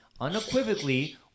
unequivocally